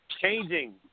changing